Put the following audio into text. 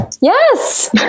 Yes